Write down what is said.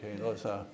Okay